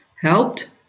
helped